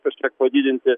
kažkiek padidinti